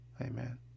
Amen